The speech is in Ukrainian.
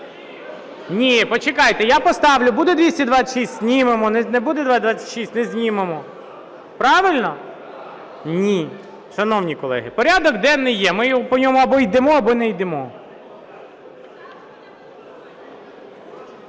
Ні, почекайте, я поставлю. Буде 226 – знімемо, не буде 226 - не знімемо. Правильно? Ні. Шановні колеги, порядок денний є, ми по ньому або йдемо, або не йдемо.